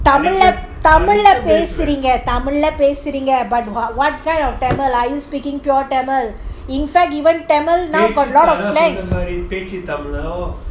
தமில்லபேசுவேன்:tamilla pesuven but what kind of tamil are you speaking pure tamil in fact even now tamil got a lot of slangs